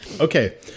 Okay